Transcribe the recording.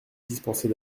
dispenser